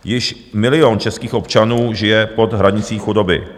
Již milion českých občanů žije pod hranicí chudoby.